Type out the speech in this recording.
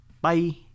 bye